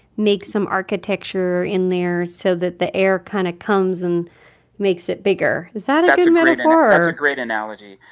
make some architecture in there so that the air kind of comes and makes it bigger. is that a good metaphor? that's a great analogy.